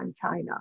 China